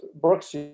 Brooks